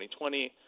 2020